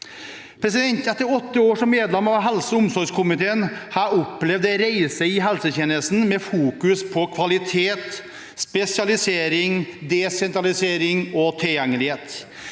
Venstre. Etter åtte år som medlem av helse- og omsorgskomiteen har jeg opplevd en reise i helsetjenesten med fokus på kvalitet, spesialisering, desentralisering og tilgjengelighet.